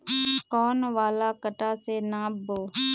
कौन वाला कटा से नाप बो?